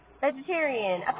vegetarian